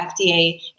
FDA